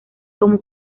como